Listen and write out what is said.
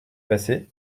passé